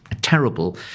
terrible